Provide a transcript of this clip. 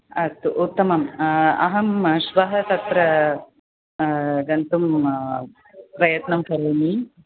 अस्तु उत्तमम् अहं श्वः तत्र गन्तुं प्रयत्नं करोमि